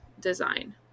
design